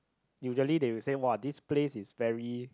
usually they will say !wah! this place is very